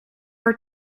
are